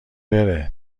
بره